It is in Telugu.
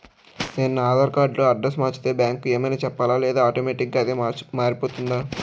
నేను నా ఆధార్ కార్డ్ లో అడ్రెస్స్ మార్చితే బ్యాంక్ కి ఏమైనా చెప్పాలా లేదా ఆటోమేటిక్గా అదే మారిపోతుందా?